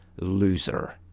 Loser